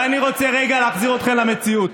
ואני רוצה רגע להחזיר אתכם למציאות.